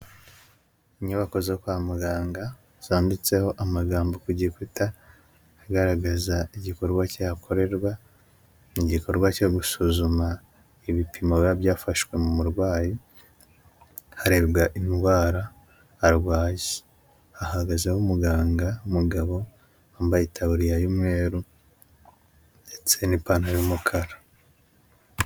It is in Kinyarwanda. Inyubako zo kwa muganga zanditseho amagambo ku gifuta agaragaza igikorwa cyakorerwa. Igikorwa cyo gusuzuma ibipimo biba byafashwe mu murwayi harebwa indwara arwaye. Hahagazemo umuganga w'umugabo wambaye itaburiya y'umweru ndetse n'ipantaro y'umukara.